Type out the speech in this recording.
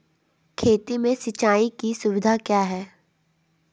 खेती में सिंचाई की सुविधा क्या है?